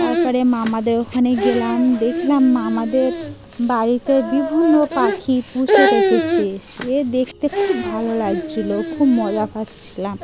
তারপরে মামাদের ওখানে গেলাম দেখলাম মামাদের বাড়িতে বিভিন্ন পাখি পুষে রেখেছে সে দেখতে খুব ভালো লাগছিলো খুব মজা পাচ্ছিলাম